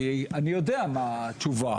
כי אני יודע מה התשובה.